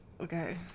Okay